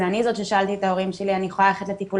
אני זאת ששאלתי את ההורים שלי אם אני יכולה ללכת לטיפול